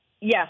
Yes